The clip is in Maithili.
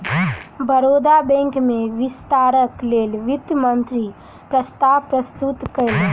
बड़ौदा बैंक में विस्तारक लेल वित्त मंत्री प्रस्ताव प्रस्तुत कयलैन